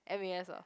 M_A_S lah